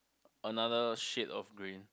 another shade of green